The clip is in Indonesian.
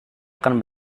akan